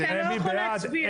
אתה לא יכול להצביע.